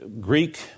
Greek